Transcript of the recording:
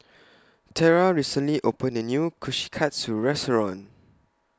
Terra recently opened The New Kushikatsu Restaurant